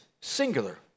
singular